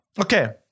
Okay